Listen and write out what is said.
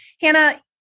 Hannah